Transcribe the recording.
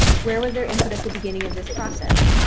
where was their input at the beginning of this process?